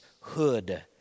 hood